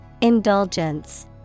Indulgence